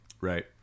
right